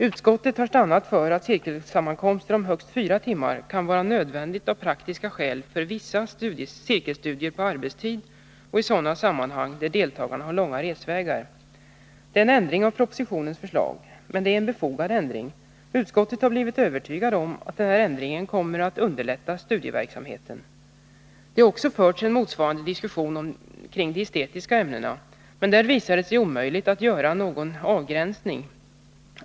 Utskottet har stannat för att cirkelsammankomster om högst fyra timmar kan vara nödvändiga av praktiska skäl för vissa cirkelstudier på arbetstid och i sådana sammanhang där deltagarna har långa resvägar. Det är en ändring av propositionens förslag, men en befogad ändring. Utskottet har blivit övertygat om att denna ändring kommer att underlätta studieverksamheten. Det har också förts en motsvarande diskussion om de estetiska ämnena. Men där visar det sig omöjligt att göra någon avgränsning.